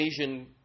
asian